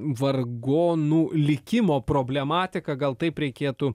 vargonų likimo problematiką gal taip reikėtų